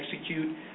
execute